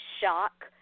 shock